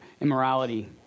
immorality